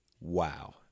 wow